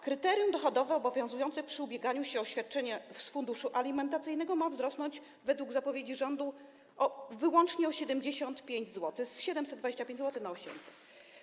Kryterium dochodowe obowiązujące przy ubieganiu się o świadczenie z funduszu alimentacyjnego ma wzrosnąć według zapowiedzi rządu wyłącznie o 75 zł, tj. z 725 zł do 800 zł.